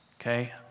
Okay